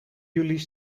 jullie